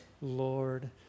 Lord